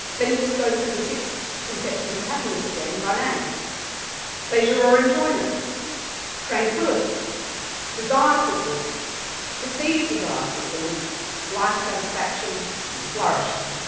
let me just go through the six conceptions of happiness again by name pleasure or enjoyment tranquility desire fulfillment perceived desire fulfillment life satisfaction flourishing.